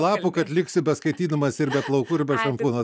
lapų kad liksi beskaitydamas ir be plaukų ir be šampūno